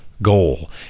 goal